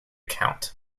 count